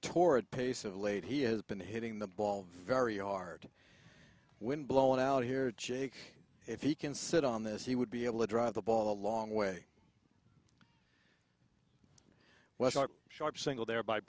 torrid pace of late he has been hitting the ball very hard wind blow it out here jake if he can sit on this he would be able to drive the ball a long way well start sharp single thereby